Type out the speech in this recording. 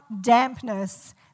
dampness